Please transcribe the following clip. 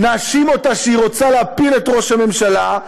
נאשים אותה שהיא רוצה להפיל את ראש הממשלה,